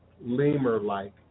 lemur-like